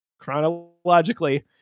chronologically